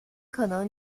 可能